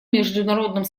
международным